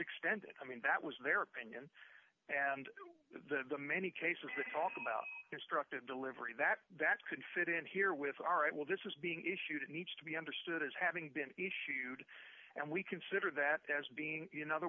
extended i mean that was their opinion and the many cases we talk about instructed delivery that that could fit in here with all right well this is being issued it needs to be understood as having been issued and we consider that as being in other